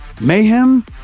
Mayhem